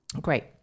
Great